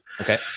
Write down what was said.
Okay